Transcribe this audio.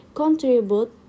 contribute